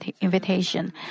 invitation